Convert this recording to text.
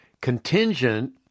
contingent